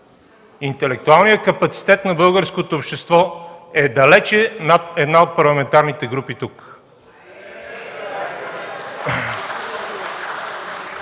интелектуалният капацитет на българското общество е далече над една от парламентарните групи тук.